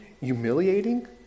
humiliating